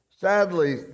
Sadly